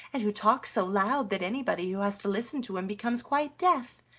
and who talks so loud that anybody who has to listen to him becomes quite deaf.